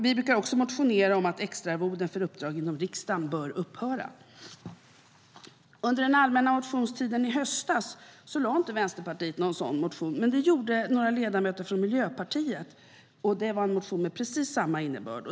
Vi brukar också motionera om att extraarvoden för uppdrag inom riksdagen bör upphöra. Under den allmänna motionstiden i höstas lade Vänsterpartiet inte fram någon sådan motion, men det gjorde några ledamöter från Miljöpartiet. Det var en motion med precis samma innebörd.